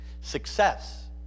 Success